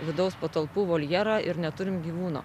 vidaus patalpų voljerą ir neturim gyvūno